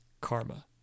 karma